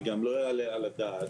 וגם לא יעלה על הדעת,